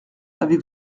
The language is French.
avez